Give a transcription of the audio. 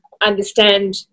understand